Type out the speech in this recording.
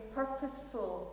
purposeful